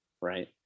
right